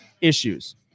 issues